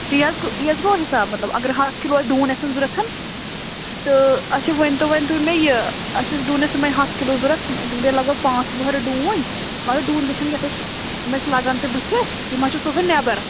تی حظ گوٚو تی حظ گوٚو حساب مطلب اَگر ہَتھ کِلوٗ ڈوٗنۍ آسَن ضوٚرَتھ تہٕ اَچھا ؤنۍتو وۄنۍ تُہۍ مےٚ یہِ اَسہِ ٲسۍ ڈوٗنٮ۪س یِمَے ہَتھ کِلوٗ ضوٚرَتھ تِم گٔے لَگ بَگ پانٛژھ بۄہرِ ڈوٗنۍ مگر ڈوٗنۍ گژھن یَتھ أسۍ یِم اَسہِ لَگَن تہِ بٕتھِ یِمہ چھِ سوزٕنۍ نٮ۪بَر